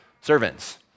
Servants